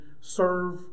serve